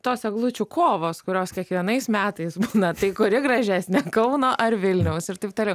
tos eglučių kovos kurios kiekvienais metais būna tai kuri gražesnė kauno ar vilniaus ir taip toliau